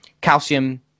calcium